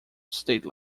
state